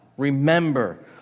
Remember